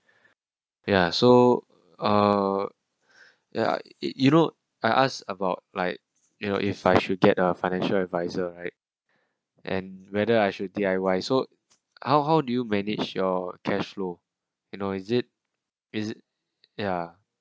!yay! so uh yeah it you know I ask about like you know if I should get a financial adviser right and whether I should the I why so how how do you manage your cash flow you know is it is it ya